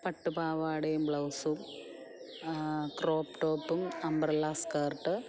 പട്ടുപാവാടയും ബ്ലൗസും ക്രോപ്പ് ടോപ്പും umbrella skirt